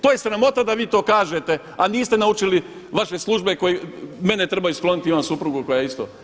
To je sramota da vi to kažete a niste naučili vaše službenike koji mene trebaju skloni, imam suprugu koja je isto.